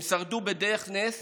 הם שרדו בדרך נס